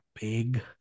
big